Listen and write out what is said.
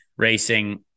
racing